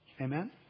Amen